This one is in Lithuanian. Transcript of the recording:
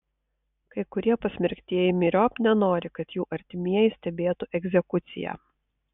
kai kurie pasmerktieji myriop nenori kad jų artimieji stebėtų egzekuciją